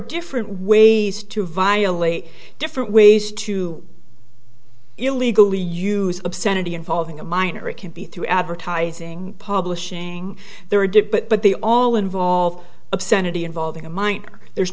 different ways to violate different ways too illegally use obscenity involving a minor it can be through advertising publishing there are did but they all involve obscenity involving a minor there's